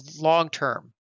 long-term